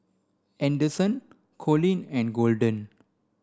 Anderson Coleen and Golden